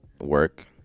work